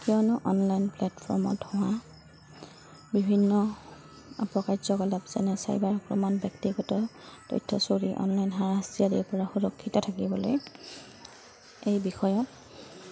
কিয়নো অনলাইন প্লেটফৰ্মত হোৱা বিভিন্ন অপকাৰ্যকলাপ যেনে চাইবাৰ আক্ৰমণ ব্যক্তিগত তথ্য চুৰি অনলাইন হাৰাশাস্তিৰ পৰা সুৰক্ষিত থাকিবলৈ এই বিষয়ত